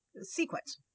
sequence